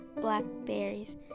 blackberries